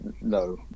No